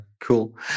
cool